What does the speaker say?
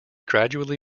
gradually